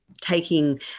taking